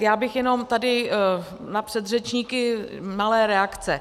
Já bych jenom tady na předřečníky malé reakce.